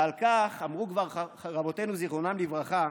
ועל כך אמרו רבותינו זיכרונם לברכה: